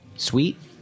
Sweet